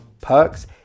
Perks